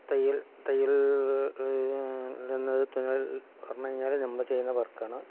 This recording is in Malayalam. തയ്യൽ തയ്യൽ ന്ന് തുന്നൽ പറഞ്ഞു കഴിഞ്ഞാൽ നമ്മൾ ചെയ്യുന്ന വർക്കാണ്